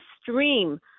stream